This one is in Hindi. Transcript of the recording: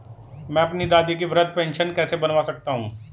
मैं अपनी दादी की वृद्ध पेंशन कैसे बनवा सकता हूँ?